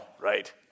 right